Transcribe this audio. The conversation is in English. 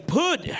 put